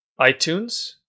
iTunes